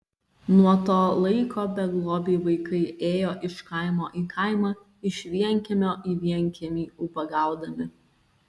nuo to laiko beglobiai vaikai ėjo iš kaimo į kaimą iš vienkiemio į vienkiemį ubagaudami